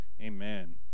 amen